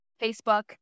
facebook